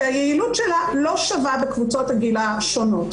שהיעילות שלה לא שווה בקבוצות הגיל השונות.